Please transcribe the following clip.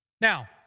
Now